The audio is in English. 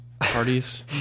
parties